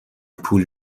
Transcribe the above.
پول